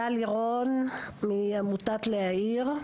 טל עירון מעמותת להאיר.